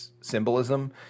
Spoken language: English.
symbolism